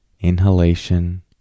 Inhalation